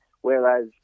whereas